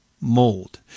mold